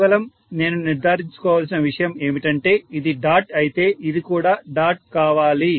కేవలం నేను నిర్ధారించుకోవలసిన విషయం ఏమిటంటే ఇది డాట్ అయితే ఇది కూడా డాట్ కావాలి